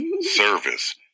service